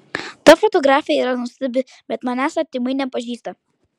ta fotografė yra nuostabi bet manęs artimai nepažįsta